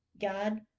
God